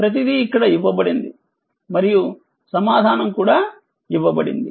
ప్రతీది ఇక్కడ ఇవ్వబడింది మరియుసమాధానం కూడా ఇవ్వబడింది